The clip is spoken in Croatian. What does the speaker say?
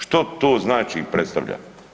Što to znači i predstavlja?